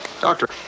Doctor